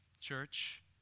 Church